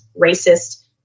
racist